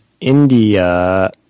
India